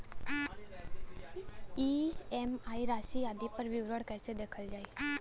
EMI राशि आदि पर विवरण कैसे देखल जाइ?